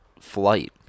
flight